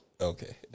Okay